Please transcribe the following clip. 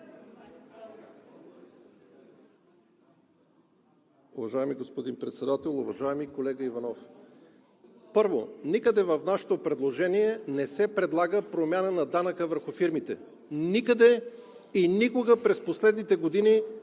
Уважаеми господин Председател! Уважаеми колега Иванов, първо, никъде в нашето предложение не се предлага промяна на данъка върху фирмите. Никъде и никога през последните години